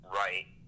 right